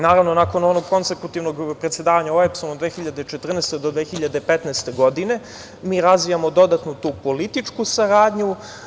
Naravno, nakon onog konsekutivnog predsedavanja OEBS-om od 2014. do 2015. godine, mi razvijamo dodatnu tu političku saradnju.